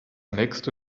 nächste